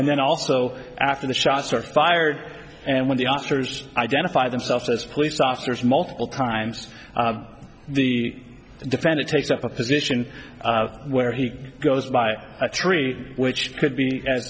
and then also after the shots were fired and when the officers identify themselves as police officers multiple times the defend it takes up a position where he goes by a tree which could be as